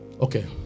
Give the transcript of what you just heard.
Okay